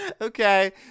okay